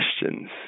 questions